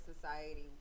society